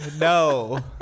no